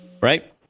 Right